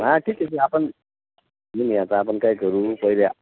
हा ठीक आहे ते आपण नाही आता आपण काय करू पहिल्या